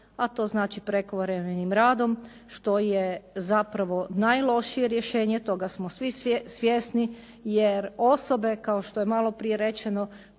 a to znači prekovremenim radom, što je zapravo najlošije rješenje, toga smo svi svjesni jer osobe, kao što je maloprije rečeno